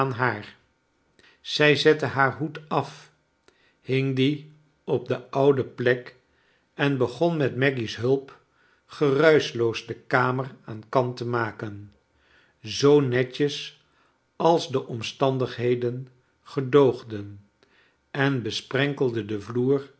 zij zette haar hoed af hing dien op de oude plek en begon met maggy's hulp geruischloos de kamer aan kant te maken zoo netjes als de omstandigheden gedoogclen en besprenkelde den vloer